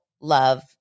love